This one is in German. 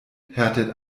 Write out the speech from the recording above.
härtet